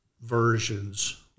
versions